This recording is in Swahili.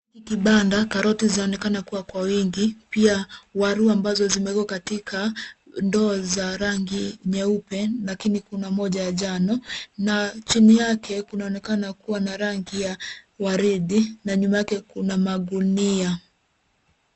Hii kibanda karoti zinanekana kua kwa wingi pia waru ambazo zimewekwa katika ndoo za rangi nyeupe lakini kuna moja ya njano na chini yake kunaonekana kua na rangi ya waridi na nyuma yake kuna magunia.